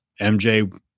MJ